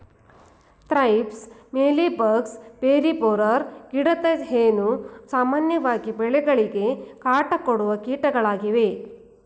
thrips, mealy bugs, berry borer, ಗಿಡದ ಹೇನು, ಸಾಮಾನ್ಯವಾಗಿ ಬೆಳೆಗಳಿಗೆ ಕಾಟ ಕೊಡುವ ಕೀಟಗಳಾಗಿವೆ